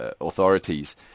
authorities